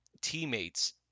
teammates